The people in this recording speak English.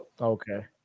Okay